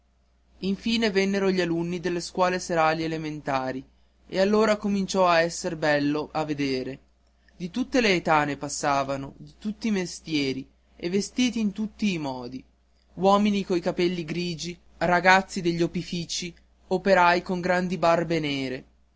infine vennero gli alunni delle scuole serali elementari e allora cominciò a esser bello a vedere di tutte le età ne passavano di tutti i mestieri e vestiti in tutti i modi uomini coi capelli grigi ragazzi degli opifici operai con grandi barbe nere